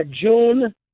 June